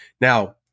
Now